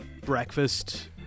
breakfast